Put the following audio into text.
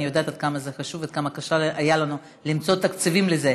אני יודעת עד כמה זה חשוב וכמה קשה היה לנו למצוא תקציבים לזה.